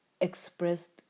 expressed